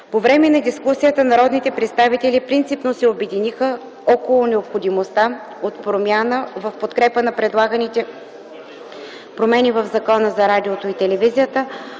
По време на дискусията народните представители принципно се обединиха около необходимостта от промяна и в подкрепа на предлаганите промени в Закона за радиото и телевизията,